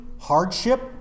hardship